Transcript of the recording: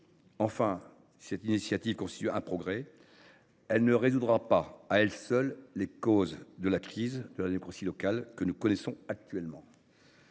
Enfin, si cette initiative constitue un progrès, elle ne permettra pas à elle seule de traiter les causes de la crise de la démocratie locale que nous connaissons actuellement.